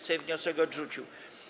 Sejm wniosek odrzucił.